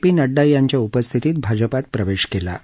P Nadda यांच्या उपस्थितीत भाजपात प्रवेश केला होता